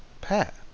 Pat